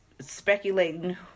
speculating